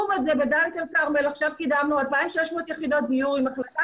לעומת זאת בדלית-אל-כרמל קידמנו 2,600 יחידות דיור עם החלטה